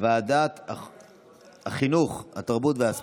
לוועדה שתקבע ועדת